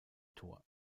tor